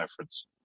efforts